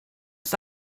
ist